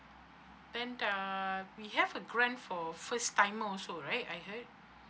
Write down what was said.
then uh we have a grant for first timer also right I heard